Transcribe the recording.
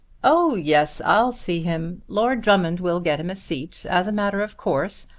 oh yes, i'll see him. lord drummond will get him a seat as a matter of course.